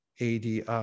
ADI